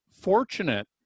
fortunate